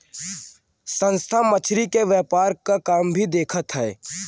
संस्था मछरी के व्यापार क काम भी देखत हौ